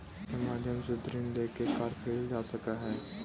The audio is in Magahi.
बैंक के माध्यम से ऋण लेके कार खरीदल जा सकऽ हइ